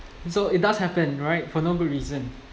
so it does happen right for no good reason